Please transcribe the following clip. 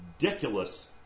ridiculous